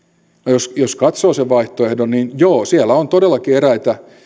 jos jos katsoo sen vaihtoehdon niin joo siellä on todellakin eräitä